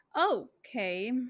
okay